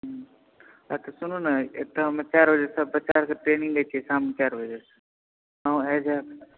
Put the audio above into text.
सुनु ने एकटा हमर चारि बजे बच्चा सबके ट्रेनिंग दै छी शाममे चारि बजेसँ अहुँ आबि जायब